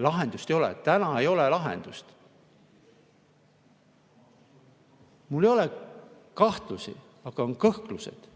Lahendust ei ole, täna ei ole lahendust. Mul ei ole kahtlusi, aga on kõhklused,